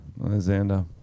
Xander